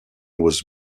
was